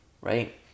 right